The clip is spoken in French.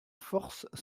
force